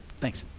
thanks.